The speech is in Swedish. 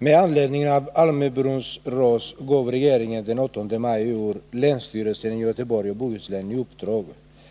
Herr talman! Med anledning av Almöbrons ras gav regeringen den 8 maj i år länsstyrelsen i Göteborgs och Bohus län i uppdrag